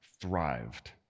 thrived